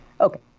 Okay